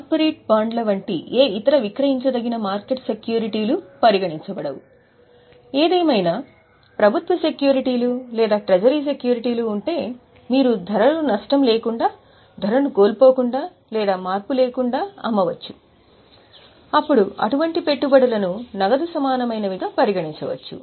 corporate బాండ్ల వంటి ఏ ఇతర విక్రయించదగిన మార్కెట్ సెక్యూరిటీలు పరిగణించబడవు ఏదేమైనా ప్రభుత్వ సెక్యూరిటీలు లేదా ట్రెజరీ సెక్యూరిటీలు ఉంటే మీరు ధరలో నష్టం లేకుండా ధరను కోల్పోకుండా లేదా మార్పు లేకుండా అమ్మవచ్చు అప్పుడు అటువంటి పెట్టుబడులను నగదు సమానమైనదిగా పరిగణించవచ్చు